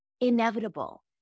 inevitable